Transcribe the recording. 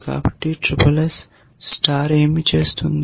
కాబట్టి SSS SSS star ఏమి చేస్తుంది